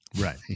Right